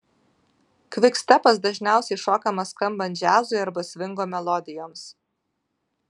kvikstepas dažniausiai šokamas skambant džiazui arba svingo melodijoms